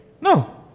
No